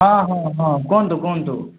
ହଁ ହଁ ହଁ କୁହନ୍ତୁ କୁହନ୍ତୁ